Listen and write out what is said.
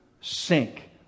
sink